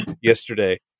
yesterday